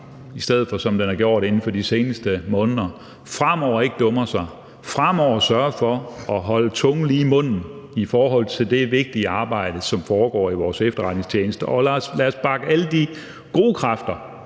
i stedet for det, den har gjort inden for de seneste måneder, fremover ikke dummer sig og fremover sørger for at holde tungen lige i munden i forhold til det vigtige arbejde, som foregår i vores efterretningstjenester, og lad os bakke op om alle de gode kræfter,